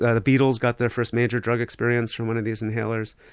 the beatles got their first major drug experience from one of these inhalers,